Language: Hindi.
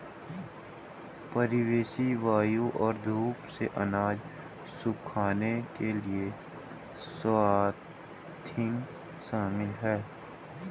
परिवेशी वायु और धूप से अनाज सुखाने के लिए स्वाथिंग शामिल है